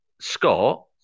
Scott